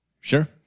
Sure